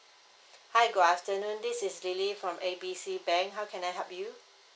hi good afternoon this is lily from A B C bank how can I help you